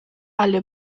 alle